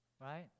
right